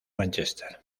mánchester